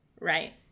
Right